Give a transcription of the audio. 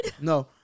No